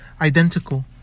identical